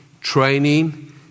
Training